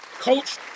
Coach